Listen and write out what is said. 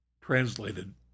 translated